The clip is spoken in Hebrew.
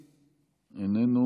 איננו,